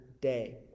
day